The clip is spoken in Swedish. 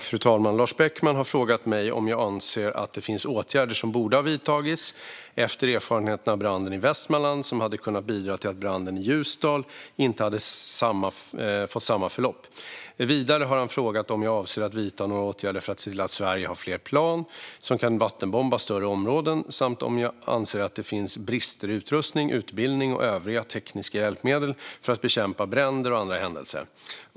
Fru talman! Lars Beckman har frågat mig om jag anser att det finns åtgärder som borde ha vidtagits efter erfarenheterna av branden i Västmanland som hade kunnat bidra till att branden i Ljusdal inte hade fått samma förlopp. Vidare har han frågat om jag avser att vidta några åtgärder för att se till att Sverige har flera plan som kan vattenbomba större områden samt om jag anser att det finns brister i utrustning, utbildning och övriga tekniska hjälpmedel för att bekämpa bränder och andra händelser.